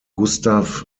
gustav